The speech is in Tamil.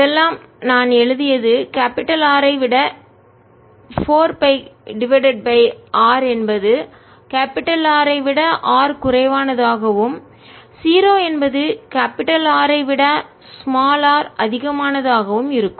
அதெல்லாம் நான் எழுதியது R ஐ விட க்கு 4 pi டிவைடட் பை R என்பது R ஐ விட r குறைவானது ஆகவும் 0 என்பது R ஐ விட r அதிகமானது ஆகவும் இருக்கும்